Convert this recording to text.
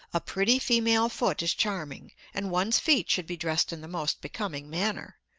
a pretty female foot is charming, and one's feet should be dressed in the most becoming manner.